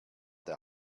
der